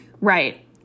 Right